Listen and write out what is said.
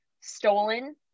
stolen